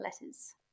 letters